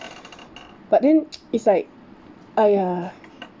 but then it's like !aiya!